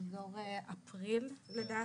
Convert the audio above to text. באזור אפריל, לדעתי.